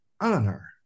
honor